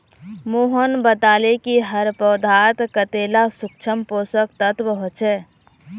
मोहन बताले कि हर पौधात कतेला सूक्ष्म पोषक तत्व ह छे